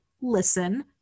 listen